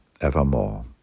evermore